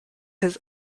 his